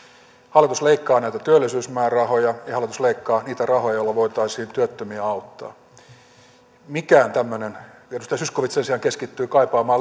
hallitus leikkaa näitä työllisyysmäärärahoja ja hallitus leikkaa niitä rahoja joilla voitaisiin työttömiä auttaa edustaja zyskowicz sen sijaan keskittyy kaipaamaan